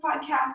podcast